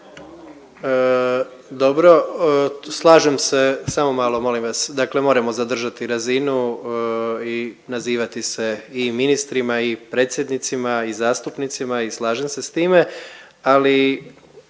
Dobro. Slažem se, samo malo, molim vas. Dakle moramo zadržati razinu i nazivati se i ministrima i predsjednicima i zastupnicima i slažem se s time, ali